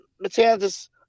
matanzas